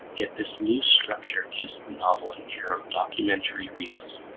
yet this loose structure gives the novel an air of documentary realism.